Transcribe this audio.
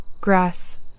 Grass